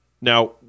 Now